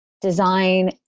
design